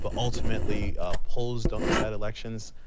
but ultimately a polls don't decide elections.